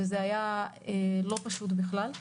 וזה היה לא פשוט בכלל.